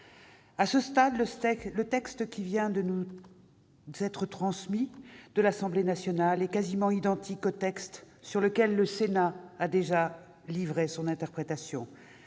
À ce stade, le texte que vient de nous transmettre l'Assemblée nationale est quasi identique au texte sur lequel le Sénat a déjà livré son interprétation.